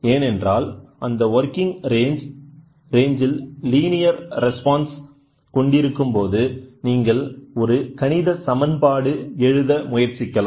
ஏனென்றால் அந்த working range இல் லீனியர் ரெஸ்பான்ஸை கொண்டிருக்கும்போது நீங்கள் ஒரு கணித சமன்பாடு எழுத முயற்சிக்கலாம்